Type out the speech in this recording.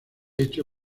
hecho